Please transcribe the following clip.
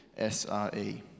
SRE